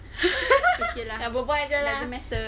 berbual jer lah